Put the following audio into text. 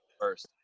first